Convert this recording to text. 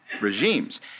regimes